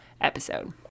episode